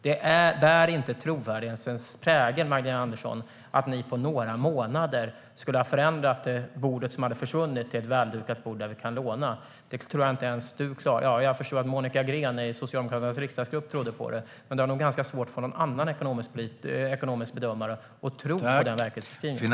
Det bär inte trovärdighetens prägel, Magdalena Andersson, att ni på några månader skulle ha förändrat det bord som hade försvunnit till ett väldukat bord där vi kan låna. Jag förstår att Monica Green i Socialdemokraternas riksdagsgrupp trodde på det, men Magdalena Andersson har nog ganska svårt att få någon annan ekonomisk bedömare att tro på den verklighetsbeskrivningen.